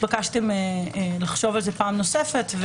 והתבקשתם לחשוב על זה פעם נוספת.